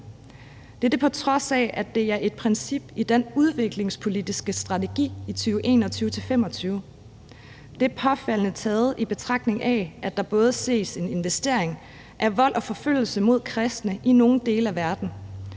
Det er på trods af, at det er et princip i den udviklingspolitiske strategi for 2021-2025. Det er påfaldende, i betragtning af at der ses en stigning i vold mod og forfølgelse af kristne i nogle dele af verden